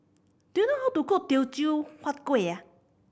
do you know how to cook Teochew Huat Kuih